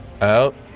out